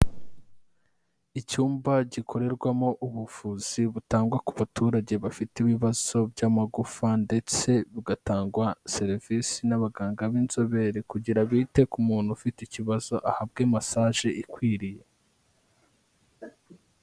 Icyumba gikorerwamo ubuvuzi butangwa ku baturage bafite ibibazo by'amagufa ndetse bugatangwa serivisi n'abaganga b'inzobere kugira bite ku muntu ufite ikibazo, ahabwe masaje ikwiriye.